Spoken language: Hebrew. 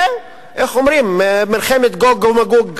אלא תהיה מלחמת גוג ומגוג,